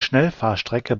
schnellfahrstrecke